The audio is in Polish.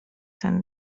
ten